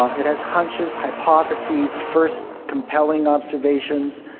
it has hunches, hypotheses, first compelling observations,